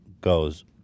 goes